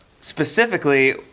Specifically